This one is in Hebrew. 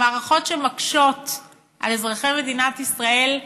מערכות שמקשות על אזרחי מדינת ישראל,